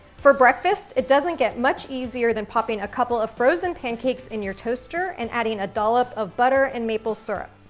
for breakfast, it doesn't get much easier than popping a couple of frozen pancakes in your toaster and adding a dollop of butter and maple syrup.